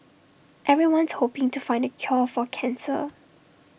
everyone's hoping to find the cure for cancer